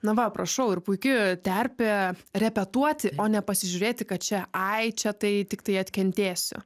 na va prašau ir puiki terpė repetuoti o nepasižiūrėti kad čia ai čia tai tiktai atkentėsiu